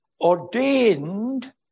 ordained